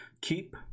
keep